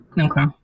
Okay